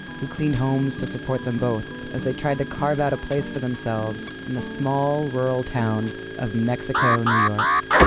who cleaned homes to support them both as they tried to carve out a place for themselves in the small rural town of mexico, new york.